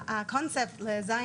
הקונספט ל-ז',